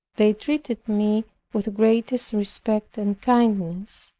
they treated me with greatest respect and kindness.